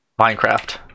Minecraft